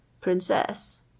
Princess